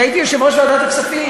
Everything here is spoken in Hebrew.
ראש ממשלה ישן,